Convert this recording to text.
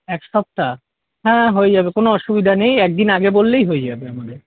এক সপ্তাহ হ্যাঁ হয়ে যাবে কোনো অসুবিধা নেই একদিন আগে বললেই হয়ে যাবে আমাদের